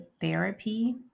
therapy